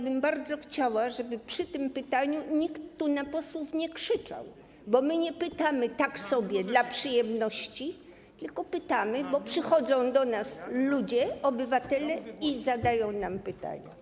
Bardzo bym chciała, żeby przy tym pytaniu nikt tu na posłów nie krzyczał, bo my nie pytamy tak sobie dla przyjemności, tylko pytamy, bo przychodzą do nas ludzie, obywatele i zadają nam pytania.